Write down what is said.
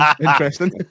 Interesting